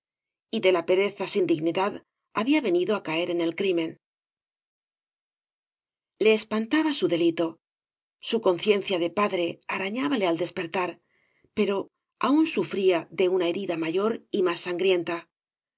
y de la pereza sin dignidad había venido á caer en el crimen le espantaba su delito su conciencia de padre arañábale al despertar pero aún sufría de una heaña y barro i rida mayor y más sangrienta